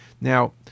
Now